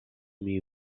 mis